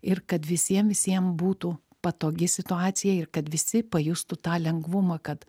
ir kad visiem visiem būtų patogi situacija ir kad visi pajustų tą lengvumą kad